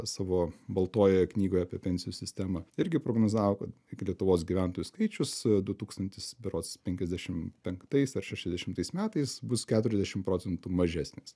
savo baltojoje knygoje apie pensijų sistemą irgi prognozavo kad iki lietuvos gyventojų skaičius du tūkstantis berods penkiasdešim penktais ar šešiasdešimtais metais bus keturiasdešim procentų mažesnis